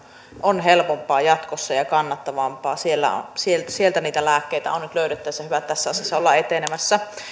on helpompaa ja kannattavampaa jatkossa sieltä niitä lääkkeitä on on nyt löydettävissä hyvä että tässä asiassa ollaan etenemässä